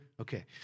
Okay